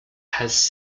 has